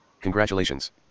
Congratulations